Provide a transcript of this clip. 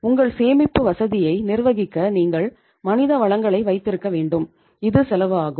உங்கள் சேமிப்பு வசதியை நிர்வகிக்க நீங்கள் மனித வளங்களை வைத்திருக்க வேண்டும் இது செலவு ஆகும்